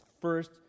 first